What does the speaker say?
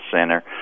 Center